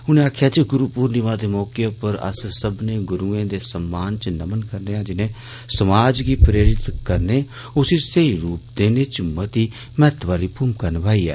उनें आक्खेआ जे गुरू पुर्णिमा दे मौके पर अस्स सब्बनें गुरूएं दे सम्मान च नमन करने आं जिनें समाज गी प्रेरित करने उसी सेही रूप देन च मती महत्वै आली भूमिका निभाई ऐ